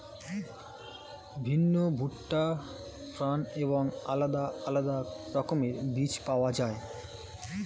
বিন, ভুট্টা, ফার্ন এবং আলাদা আলাদা রকমের বীজ পাওয়া যায়